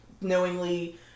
knowingly